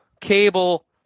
cable